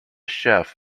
chef